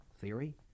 theory